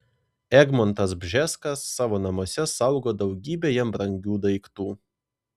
egmontas bžeskas savo namuose saugo daugybę jam brangių daiktų